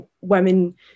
women